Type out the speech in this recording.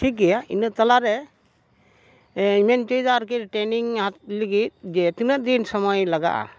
ᱴᱷᱤᱠ ᱜᱮᱭᱟ ᱤᱱᱟᱹ ᱛᱟᱞᱟᱨᱮ ᱤᱧ ᱢᱮᱱ ᱦᱚᱪᱚᱭᱮᱫᱟ ᱟᱨᱠᱤ ᱴᱨᱮᱱᱤᱝ ᱦᱟᱛᱟᱣ ᱞᱟᱹᱜᱤᱫ ᱡᱮ ᱛᱤᱱᱟᱹᱜ ᱫᱤᱱ ᱥᱚᱢᱚᱭ ᱞᱟᱜᱟᱜᱼᱟ